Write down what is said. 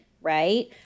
Right